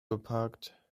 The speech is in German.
geparkt